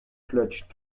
clutch